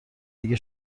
اگه